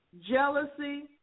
jealousy